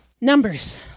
Numbers